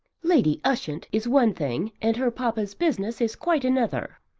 lady ushant is one thing and her papa's business is quite another.